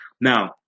Now